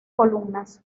columnas